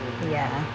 ya